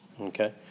okay